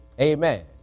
Amen